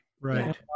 Right